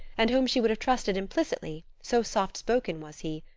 and whom she would have trusted implicitly, so soft-spoken was he.